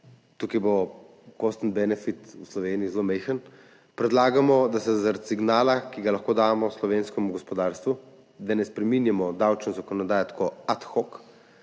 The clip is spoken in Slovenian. Tukaj bo cost-benefit v Sloveniji zelo majhen. Predlagamo, da se zaradi signala, ki ga lahko damo slovenskemu gospodarstvu, da ne spreminjamo davčne zakonodaje tako ad hoc,